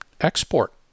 export